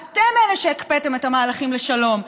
אתם אלה שהקפאתם את המהלכים לשלום.